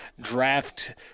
draft